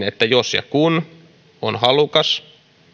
että jos ja kun on halukas